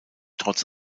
trotz